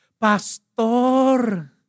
Pastor